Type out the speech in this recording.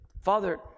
Father